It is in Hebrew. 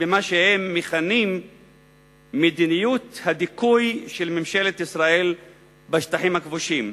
במה שהם מכנים "מדיניות הדיכוי של ממשלת ישראל בשטחים הכבושים".